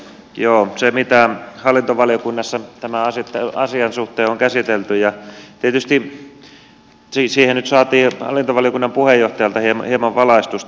joo siihen mitä hallintovaliokunnassa tämän asian suhteen on käsitelty tietysti nyt saatiin hallintovaliokunnan puheenjohtajalta hieman valaistusta